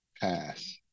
pass